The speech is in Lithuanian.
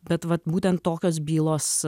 bet vat būtent tokios bylos